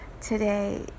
today